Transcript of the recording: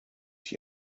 ich